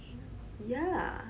yeah